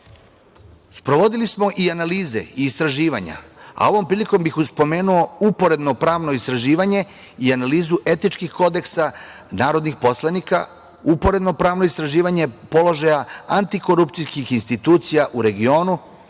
smo i analize i istraživanja, a ovom prilikom bih spomenuo uporedno pravno istraživanje i analizu etičkih kodeksa narodnih poslanika, uporedno pravno istraživanje položaja, antikorupcijskih institucija u regionu,